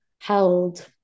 held